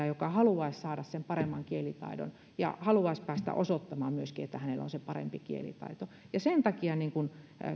joka haluaisi saada paremman kielitaidon ja haluaisi päästä osoittamaan myöskin että hänellä on parempi kielitaito sen takia